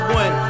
one